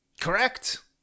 correct